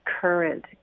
current